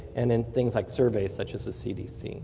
and in things like surveys such as the cdc